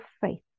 faith